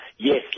Yes